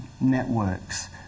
networks